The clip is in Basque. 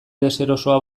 deserosoa